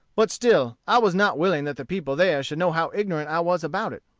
but still i was not willing that the people there should know how ignorant i was about it.